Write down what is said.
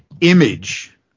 image